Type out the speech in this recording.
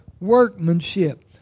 workmanship